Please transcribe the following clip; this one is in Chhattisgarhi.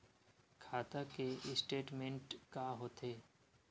खाता के स्टेटमेंट का होथे?